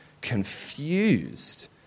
confused